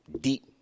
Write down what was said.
deep